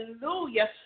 hallelujah